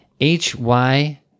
H-Y